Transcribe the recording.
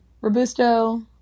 Robusto